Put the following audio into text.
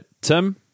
Tim